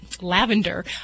lavender